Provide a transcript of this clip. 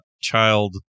child